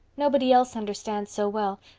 nobody else understands so well.